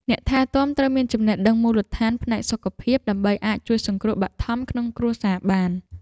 អ្នកថែទាំត្រូវមានចំណេះដឹងមូលដ្ឋានផ្នែកសុខភាពដើម្បីអាចជួយសង្គ្រោះបឋមក្នុងគ្រួសារបាន។